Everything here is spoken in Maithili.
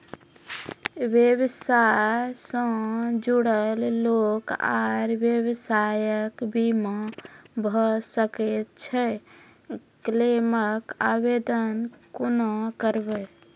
व्यवसाय सॅ जुड़ल लोक आर व्यवसायक बीमा भऽ सकैत छै? क्लेमक आवेदन कुना करवै?